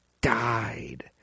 died